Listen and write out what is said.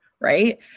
right